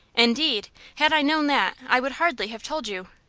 indeed! had i known that i would hardly have told you.